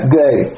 day